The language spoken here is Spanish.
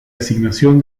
asignación